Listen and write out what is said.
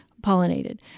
pollinated